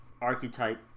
Archetype